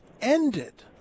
ended